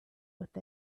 with